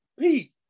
Pete